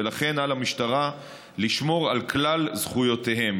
ולכן על המשטרה לשמור על זכויותיהם.